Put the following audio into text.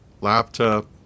laptop